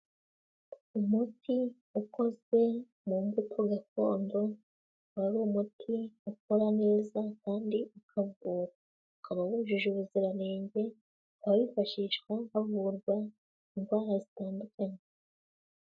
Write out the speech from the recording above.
Umuti ukozwe mumbuto gakondo ukaba ari umuti ukora neza kandi ukavura. Ukaba wujuje ubuziranenge ukaba wifashishwa havurwa indwara zitandukanye.